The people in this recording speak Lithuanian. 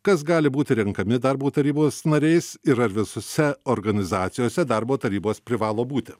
kas gali būti renkami darbo tarybos nariais ir ar visose organizacijose darbo tarybos privalo būti